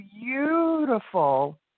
beautiful